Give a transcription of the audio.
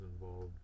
involved